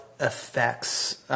Affects